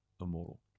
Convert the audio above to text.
immortal